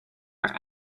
are